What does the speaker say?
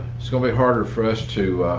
it's gonna be harder for us to